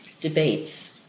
debates